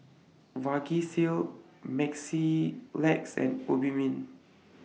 Vagisil Mepilex and Obimin